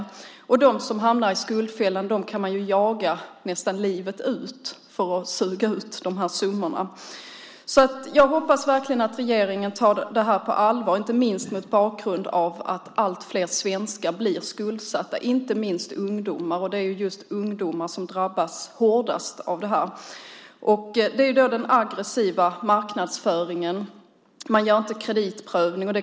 Och man kan ju jaga dem som hamnar i skuldfällan nästan livet ut för att suga ut de här summorna. Jag hoppas verkligen att regeringen tar det här på allvar, speciellt mot bakgrund av att allt fler svenskar blir skuldsatta, inte minst ungdomar. Det är just ungdomar som drabbas hårdast av detta. Det handlar om den aggressiva marknadsföringen. Man gör inte någon kreditprövning.